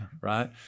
right